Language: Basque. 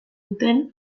duten